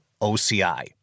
OCI